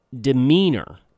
demeanor